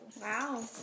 Wow